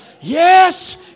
Yes